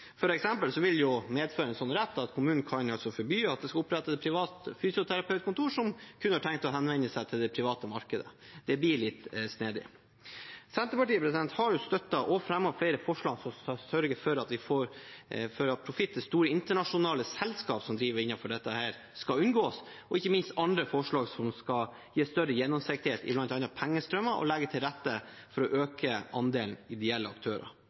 vil en sånn rett medføre at kommunen kan forby at det skal opprettes et privat fysioterapeutkontor, som kun har tenkt å henvende seg til det private markedet. Det blir litt snedig. Senterpartiet har støttet og fremmet flere forslag som skal sørge for at profitt til store internasjonale selskap som driver innenfor dette området, skal unngås, og ikke minst forslag som skal gi større gjennomsiktighet i bl.a. pengestrømmer og legge til rette for å øke andelen ideelle aktører.